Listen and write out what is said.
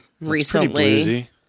recently